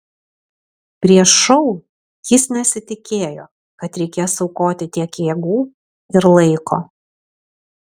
prieš šou jis nesitikėjo kad reikės aukoti tiek jėgų ir laiko